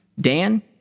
Dan